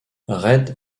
red